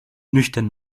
nüchtern